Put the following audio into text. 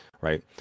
Right